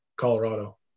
Colorado